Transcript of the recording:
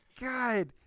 God